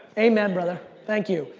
amen, brother, thank you.